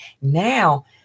now